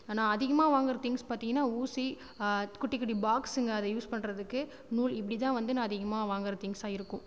ஆனால் அதிகமாக வாங்குகிற திங்ஸ் பார்த்திங்கனா ஊசி குட்டி குட்டி பாக்ஸ்ங்க அது யூஸ் பண்ணுறதுக்கு நூல் இப்படி தான் வந்து நான் அதிகமாக வாங்குகிற திங்ஸ்ஸாக இருக்கும்